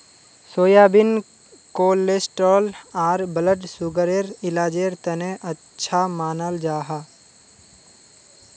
soybean cholesterol आर blood सुगरर इलाजेर तने अच्छा मानाल जाहा